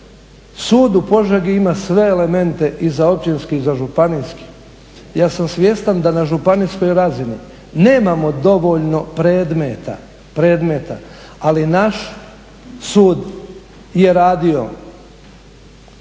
Sud u Požegi ima sve elemente i za općinski i za županijski. Ja sam svjestan da na županijskog razini nemamo dovoljno predmeta, predmeta ali naš sud je radio